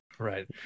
Right